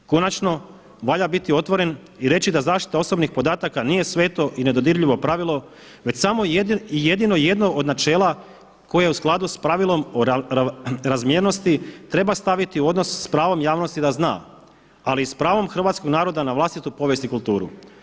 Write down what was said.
Konačno, valja biti otvoren i reći da zaštita osobnih podataka nije sveto i nedodirljivo pravilo već samo jedino jedno od načela koje je u skladu s pravilom o razmjernosti treba staviti u odnos s pravom javnosti da zna, ali i s pravom hrvatskog naroda na vlastitu povijest i kulturu.